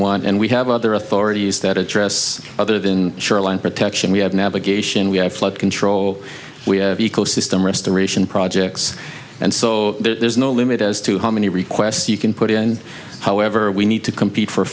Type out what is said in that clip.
want and we have other authorities that address other than shoreline protection we have navigation we have flood control we have ecosystem restoration projects and so there's no limit as to how many requests you can put in however we need to compete for